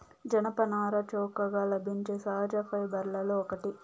జనపనార చౌకగా లభించే సహజ ఫైబర్లలో ఒకటి